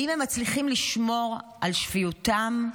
האם הם מצליחים לשמור על שפיותם?